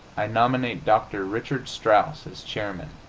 i nominate dr. richard strauss as chairman.